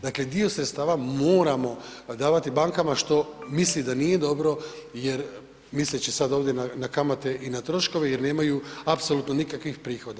Dakle, dio sredstava moramo davati bankama što misli da nije dobro jer, misleći sad ovdje na kamate i troškove, jer nemaju apsolutno nikakvih prihoda.